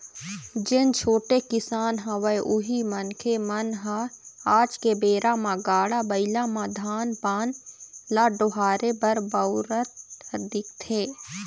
जेन छोटे किसान हवय उही मनखे मन ह आज के बेरा म गाड़ा बइला म धान पान ल डोहारे बर बउरत दिखथे